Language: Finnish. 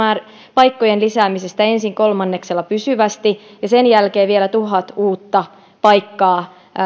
paikkojen lisäämisestä ensin kolmanneksella pysyvästi ja sen jälkeen tulee vielä tuhat uutta paikkaa